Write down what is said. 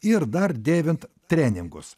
ir dar dėvint treningus